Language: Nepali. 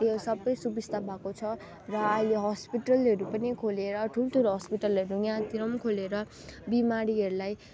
यो सबै सुविस्ता भएको छ र अहिले हस्पिटलहरू पनि खोलेर ठुल्ठुलो हस्पिटलहरू यहाँतिर पनि खोलेर बिमारीहरूलाई